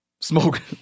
smoke